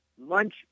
lunch